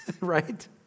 right